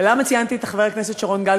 ולמה ציינתי את חבר הכנסת שרון גל?